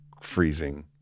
freezing